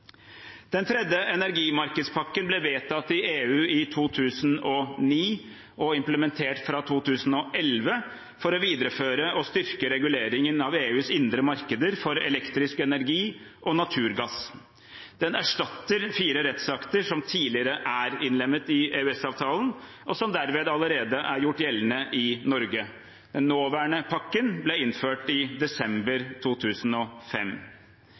Den tredje energimarkedspakken ble vedtatt i EU i 2009 og implementert fra 2011 for å videreføre og styrke reguleringen av EUs indre markeder for elektrisk energi og naturgass. Den erstatter fire rettsakter som tidligere er innlemmet i EØS-avtalen, og som derved allerede er gjort gjeldende i Norge. Den nåværende pakken ble innført i desember 2005.